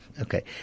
okay